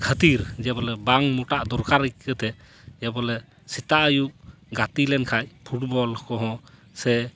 ᱠᱷᱟᱹᱛᱤᱨ ᱡᱮ ᱵᱚᱞᱮ ᱵᱟᱝ ᱢᱚᱴᱟᱜ ᱫᱚᱨᱠᱟᱨ ᱤᱠᱟᱹ ᱛᱮ ᱵᱚᱞᱮ ᱥᱮᱛᱟᱜ ᱟᱹᱭᱩᱵ ᱜᱟᱛᱮ ᱞᱮᱱᱠᱷᱟᱱ ᱯᱷᱩᱴᱵᱚᱞ ᱠᱚᱦᱚᱸ ᱥᱮ